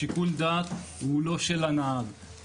שיקול הדעת הוא לא של הנהג,